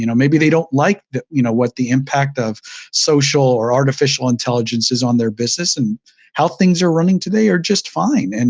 you know maybe they don't like what the you know what the impact of social or artificial intelligence is on their business and how things are running today are just fine. and